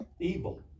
Evil